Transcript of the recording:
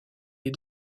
les